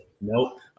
Nope